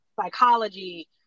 psychology